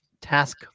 task